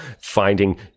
finding